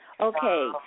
Okay